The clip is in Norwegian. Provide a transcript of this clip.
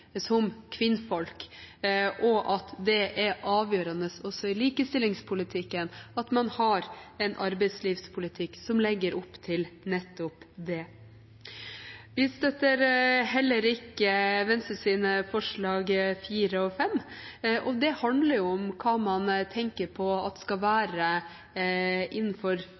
som kvinne, og at det også i likestillingspolitikken er avgjørende at man har en arbeidslivspolitikk som legger opp til nettopp det. Vi støtter heller ikke Venstres forslag nr. 4 og 5. Det handler om hva man tenker skal være det offentliges oppgave, og hva som ikke skal være